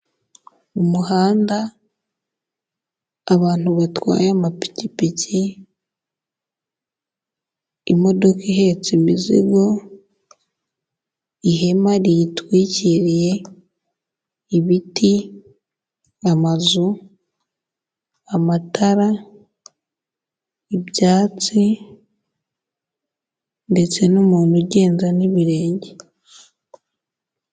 Umuhanda, abantu batwaye amapikipiki, imodoka ihetse imizigo, ihema riyitwikiriye, ibiti, amazu amatara, ibyatsi ndetse n'umuntu ugenda n'ibirenge.